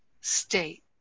state